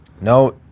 No